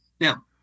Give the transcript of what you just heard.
Now